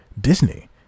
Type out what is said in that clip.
Disney